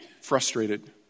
frustrated